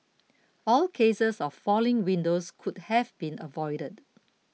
all cases of falling windows could have been avoided